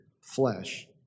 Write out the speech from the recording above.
flesh